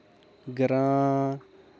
ग्रां